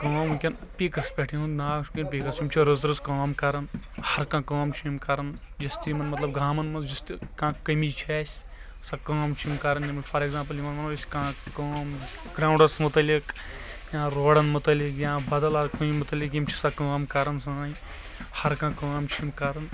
کأم ونکیٚن پیٖکس پٮ۪ٹھ یِہُنٛد ناو چھُ پیٖکس پٮ۪ٹھ یِم چھ رٕژ رٕژ کأم کران ہر کانٛہہ کأم چھِ یِم کران یۄس تہِ یِمن مطلب گامن منٛز یُس تہِ کانٛہہ کٔمی چھ اَسہِ سۄ کأم چھ یِم کران فار ایٚکزامپٕل یِمن ونو أسۍ کانٛہہ کأم گرٛاونٛڈس مُتعلِق یا روڑن مُتعلِق یا بدل کُنہِ مُتعلِق یِم چھِ سۄ کأم کران سأنۍ ہر کانٛہہ کأم چھ یِم کران